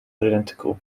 identical